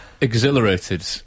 exhilarated